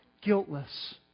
guiltless